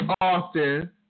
often